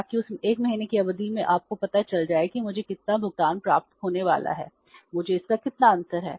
ताकि उस 1 महीने की अवधि में आपको पता चल जाए कि मुझे कितना भुगतान प्राप्त होने वाला है मुझे इसका कितना अंतर है